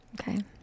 Okay